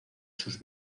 sus